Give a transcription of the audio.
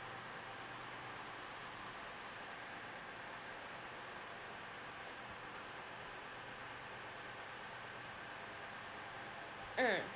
mm